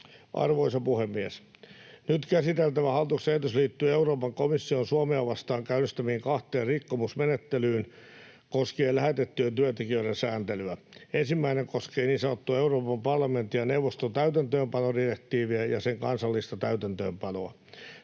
Arvoisa puhemies! Nyt käsiteltävä hallituksen esitys liittyy Euroopan komission Suomea vastaan käynnistämiin kahteen rikkomusmenettelyyn koskien lähetettyjen työntekijöiden sääntelyä. Ensimmäinen koskee niin sanottua Euroopan parlamentin ja neuvoston täytäntöönpanodirektiiviä ja sen kansallista täytäntöönpanoa.